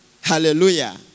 Hallelujah